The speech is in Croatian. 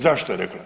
Zašto je reklo?